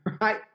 right